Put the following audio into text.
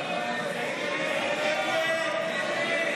ההצעה